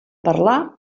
parlar